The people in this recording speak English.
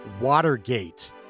Watergate